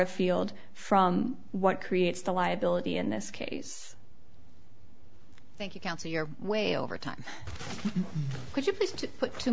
afield from what creates the liability in this case thank you counsel your way over time could you please to put two